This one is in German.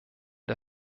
der